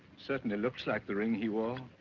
certainly looks like the ring he wore.